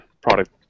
product